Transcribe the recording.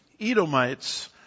Edomites